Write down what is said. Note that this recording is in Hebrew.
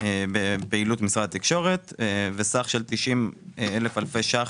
פעילות משרד התקשורת וסך של 90,000 אלפי ₪